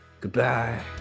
Goodbye